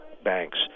banks